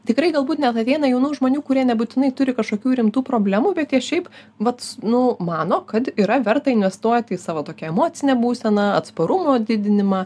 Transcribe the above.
tikrai galbūt net ateina jaunų žmonių kurie nebūtinai turi kažkokių rimtų problemų bet jie šiaip vat nu mano kad yra verta investuot į savo tokią emocinę būseną atsparumo didinimą